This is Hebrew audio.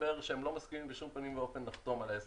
מסתבר שהם לא מסכימים בשום פנים ואופן לחתום על ההסכם לשלוש שנים.